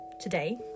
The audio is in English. Today